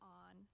on